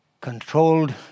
controlled